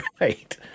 right